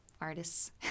artists